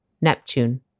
Neptune